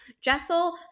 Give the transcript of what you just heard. Jessel